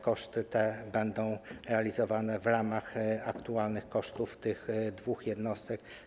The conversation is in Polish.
Koszty te będą realizowane w ramach aktualnych kosztów tych dwóch jednostek.